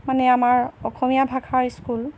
মানে আমাৰ অসমীয়া ভাষাৰ স্কুল